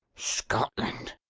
scotland!